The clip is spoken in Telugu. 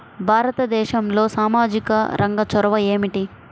భారతదేశంలో సామాజిక రంగ చొరవ ఏమిటి?